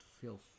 feel